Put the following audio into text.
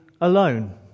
alone